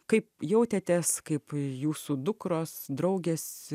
kaip jautėtės kaip jūsų dukros draugės